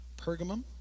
Pergamum